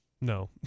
no